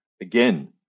Again